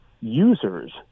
users